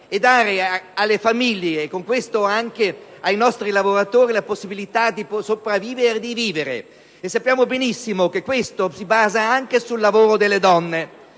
e dare alle famiglie, e ai nostri lavoratori, la possibilità di sopravvivere e di vivere. Sappiamo benissimo che questa si basa anche sul lavoro delle donne,